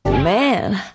Man